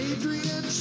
Adrian